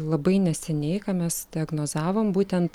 labai neseniai ką mes diagnozavom būtent